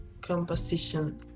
composition